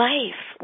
Life